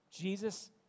Jesus